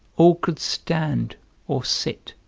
all could stand or sit,